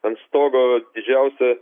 ant stogo didžiausia